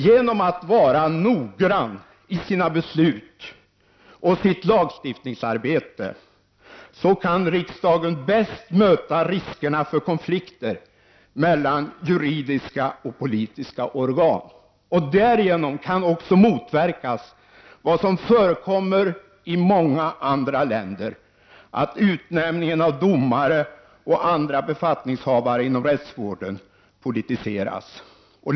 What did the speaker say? Genom att vara noggrann i sina beslut och i sitt lagstiftningsarbete kan riksdagen bäst möta riskerna för konflikter mellan juridiska och politiska organ. Därigenom kan också motverkas vad som förekommer i många andra länder, att utnämningen av domare och andra befattningshavare inom rättsvården politiseras.